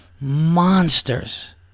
monsters